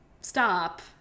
Stop